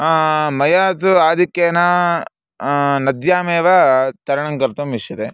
मया तु आधिक्येन नद्यामेव तरणं कर्तुम् इष्यते